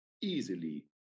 easily